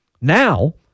Now